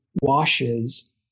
washes